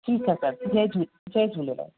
ठीकु आहे दादा जय झूले जय झूलेलाल